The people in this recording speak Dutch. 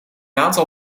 aantal